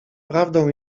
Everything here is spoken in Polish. prawdą